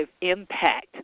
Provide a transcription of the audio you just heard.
impact